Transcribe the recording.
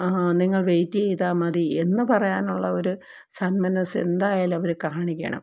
നിങ്ങൾ വെയ്റ്റെയ്താല് മതി എന്നു പറയാനുള്ള ഒരു സന്മനസ്സ് എന്തായാലും അവര് കാണിക്കണം